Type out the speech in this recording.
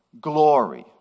glory